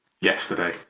Yesterday